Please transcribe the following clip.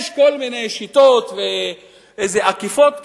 יש כל מיני שיטות ועקיפות כאלה,